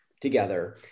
together